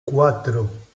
cuatro